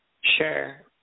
Sure